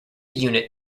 unit